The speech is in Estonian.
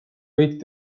kõik